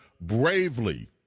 bravely